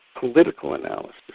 political analysis,